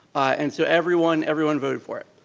and so everyone everyone voted for it.